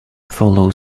follow